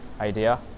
idea